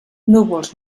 núvols